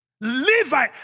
Levi